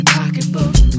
pocketbook